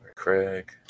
craig